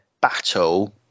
battle